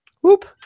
Whoop